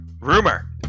rumor